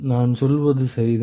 நான் சொல்வது சரிதான்